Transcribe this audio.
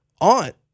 aunt